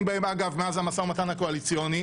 בהם מאז המשא ומתן הקואליציוני,